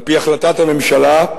על-פי החלטת הממשלה,